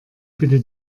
bitte